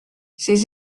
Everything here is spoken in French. ses